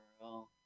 girl